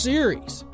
Series